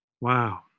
Wow